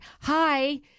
hi